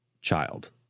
child